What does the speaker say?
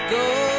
go